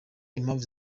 impamvu